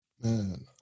Man